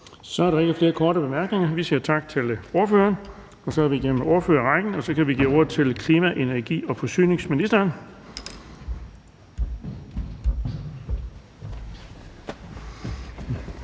Så er der ikke flere korte bemærkninger. Vi siger tak til ordføreren. Så er vi kommet igennem ordførerrækken, og vi kan give ordet til klima-, energi- og forsyningsministeren.